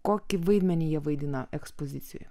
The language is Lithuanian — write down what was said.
kokį vaidmenį jie vaidina ekspozicijoje